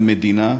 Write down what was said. המדינה,